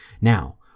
Now